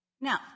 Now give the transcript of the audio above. Now